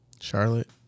Charlotte